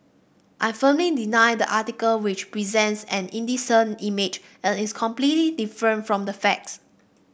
I firmly deny the article which presents an indecent image and is completely different from the facts